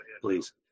please